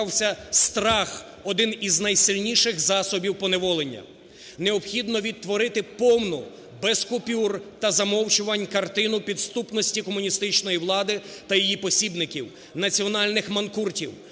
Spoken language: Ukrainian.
розвивався страх – один із найсильніших засобів поневолення. Необхідно відтворити повну, без купюр та замовчувань картину підступності комуністичної влади та її посібників – національних манкуртів.